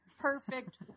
perfect